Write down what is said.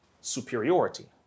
superiority